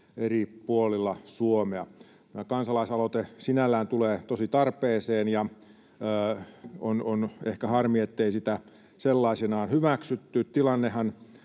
eri puolilla Suomea. Tämä kansalaisaloite sinällään tulee tosi tarpeeseen, ja on ehkä harmi, ettei sitä sellaisenaan hyväksytty. Tilannehan